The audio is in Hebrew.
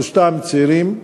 שלושתם צעירים ערבים,